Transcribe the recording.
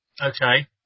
okay